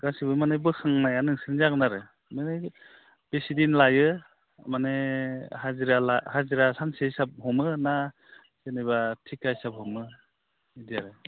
गासैबो माने बोखांनाया नोंसोरनो जागोन आरो ओइ बेसे दिन लायो माने हाजिरा हाजिरा सानसे हिसाब हमो ना जेनेबा थिखा हिसाब हमो बिदि आरो